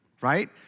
Right